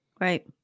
Right